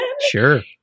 Sure